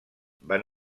van